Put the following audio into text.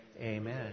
Amen